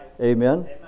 Amen